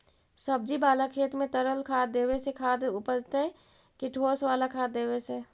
सब्जी बाला खेत में तरल खाद देवे से ज्यादा उपजतै कि ठोस वाला खाद देवे से?